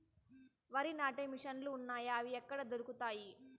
వరి నాటే మిషన్ ను లు వున్నాయా? అవి ఎక్కడ దొరుకుతాయి?